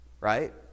right